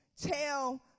tell